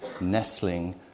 nestling